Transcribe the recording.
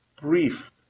brief